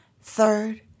Third